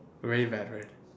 really bad way